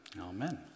Amen